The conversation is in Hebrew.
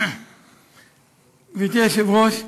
גברתי היושבת-ראש,